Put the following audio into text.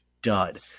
dud